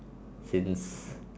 since